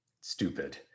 stupid